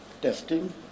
testing